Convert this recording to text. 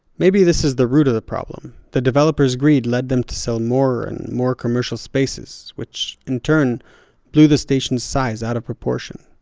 maybe this is the root of the problem. the developers' greed led them to sell more and more commercial spaces, which in turn blew the station's size out of proportion.